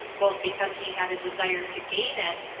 both because he had a desire to gain it,